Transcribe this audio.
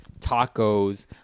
tacos